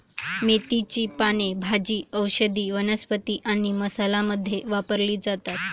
मेथीची पाने भाजी, औषधी वनस्पती आणि मसाला मध्ये वापरली जातात